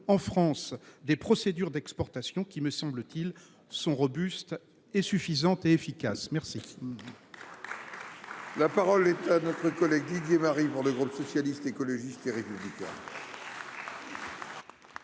en France, des procédures d'exportation qui, me semble-t-il, sont robustes, suffisantes et efficaces. La parole est à M. Didier Marie, pour le groupe Socialiste, Écologiste et Républicain.